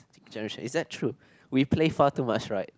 generation is that true we play far too much right